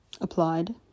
applied